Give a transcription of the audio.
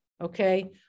okay